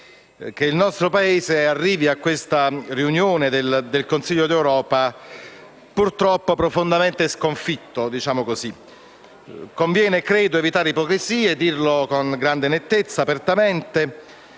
che il nostro Paese arrivi alla riunione del Consiglio europeo, purtroppo, profondamente sconfitto. Credo convenga evitare ipocrisie e dirlo con grande nettezza, apertamente,